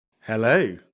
Hello